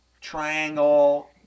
triangle